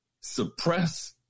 suppress